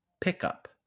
Pickup